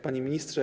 Panie Ministrze!